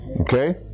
Okay